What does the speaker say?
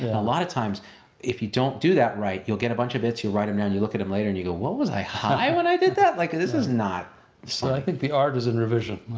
a lot of times if you don't do that right, you'll get a bunch of bits, you'll write em down, you look at them later and you go, what was i high when i did that? like this is not so i think the art is in revision.